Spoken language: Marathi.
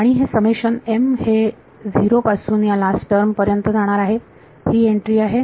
आणि हे समेशन m हे 0 पासून या लास्ट टर्म पर्यंत जाणार आहे ही एन्ट्री आहे